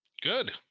Good